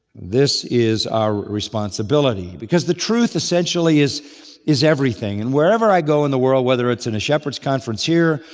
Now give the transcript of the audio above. this is our responsibility because the truth essentially is is everything. and wherever i go in the world, whether it's in a shepherds conference here,